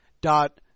dot